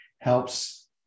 helps